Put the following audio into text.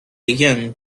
young